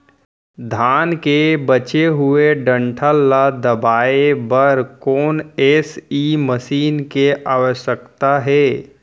धान के बचे हुए डंठल ल दबाये बर कोन एसई मशीन के आवश्यकता हे?